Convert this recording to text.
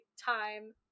time